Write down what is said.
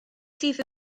sydd